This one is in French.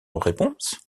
réponse